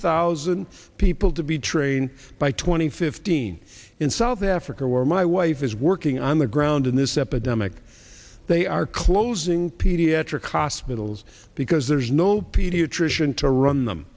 thousand people to be trained by two thousand and fifteen in south africa where my wife is working on the ground in this epidemic they are closing pediatric hospitals because there's no pediatrician to run them